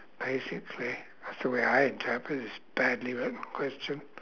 basically that's the way I interpret this badly written question